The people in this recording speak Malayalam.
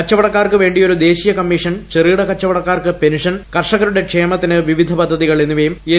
കച്ചവടക്കാർക്ക് വേണ്ടിയൊരു ദേശീയ കമ്മീഷൻ ചെറുകിട കച്ചവടക്കാർക്ക് പെൻഷൻ കർഷകരുടെ ക്ഷേമത്തിന് വിവിധ പദ്ധതി കൾ എന്നിവയും എൻ